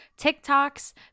TikToks